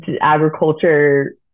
agriculture